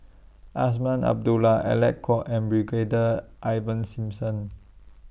Azman Abdullah Alec Kuok and Brigadier Ivan Simson